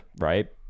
right